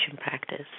practice